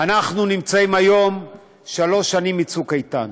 אנחנו נמצאים היום שלוש שנים מצוק איתן,